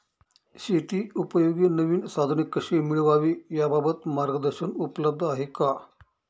शेतीउपयोगी नवीन साधने कशी मिळवावी याबाबत मार्गदर्शन उपलब्ध आहे का?